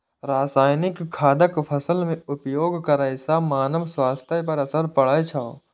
रासायनिक खादक फसल मे उपयोग करै सं मानव स्वास्थ्य पर असर पड़ै छै